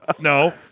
No